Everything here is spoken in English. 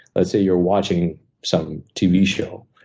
let's say you're watching some tv show.